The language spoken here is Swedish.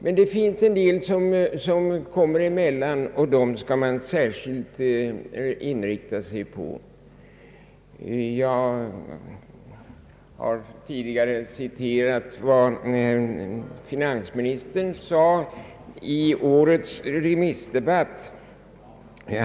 Men det finns en del människor som kommer i kläm, och man bör särskilt inrikta sig på dem. Jag har tidigare citerat vad finansministern sade i årets remissdebatt.